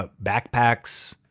ah backpacks,